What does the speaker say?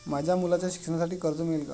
माझ्या मुलाच्या शिक्षणासाठी कर्ज मिळेल काय?